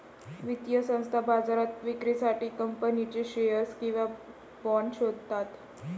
वित्तीय संस्था बाजारात विक्रीसाठी कंपनीचे शेअर्स किंवा बाँड शोधतात